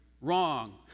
wrong